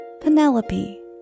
Penelope